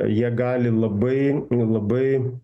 jie gali labai labai